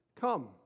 Come